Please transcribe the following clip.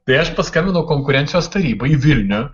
tai aš paskambinau konkurencijos tarybai į vilnių